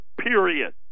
period